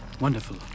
Wonderful